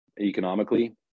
economically